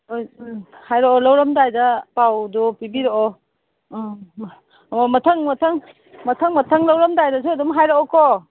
ꯍꯣꯏ ꯎꯝ ꯍꯥꯏꯔꯛꯑꯣ ꯂꯧꯔꯝꯗꯥꯏꯗ ꯄꯥꯎꯗꯨ ꯄꯤꯕꯤꯔꯛꯑꯣ ꯎꯝ ꯑꯣ ꯃꯊꯪ ꯃꯊꯪ ꯃꯊꯪ ꯃꯊꯪ ꯂꯧꯔꯝꯗꯥꯏꯗꯁꯨ ꯑꯗꯨꯝ ꯍꯥꯏꯔꯛꯎꯀꯣ